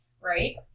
right